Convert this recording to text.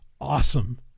Awesome